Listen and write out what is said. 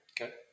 Okay